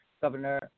Governor